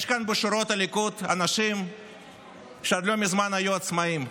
בשורות הליכוד יש אנשים שעד לא מזמן היו עצמאים.